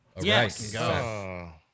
Yes